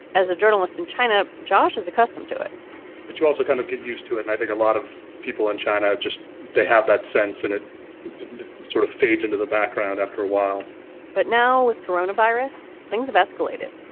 as a journalist in china, josh is accustomed to it but you also kind of get used to it. i think a lot of people in china just they have that sense and it sort of fades into the background after a while but now with corona virus, things have escalated.